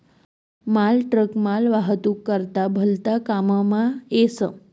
मालट्रक मालवाहतूक करता भलता काममा येस